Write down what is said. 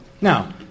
Now